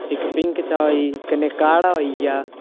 इक पिंक चाह् होई गेई कन्नै काढ़ा होई गेआ